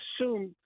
assume